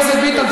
חבר הכנסת ביטן,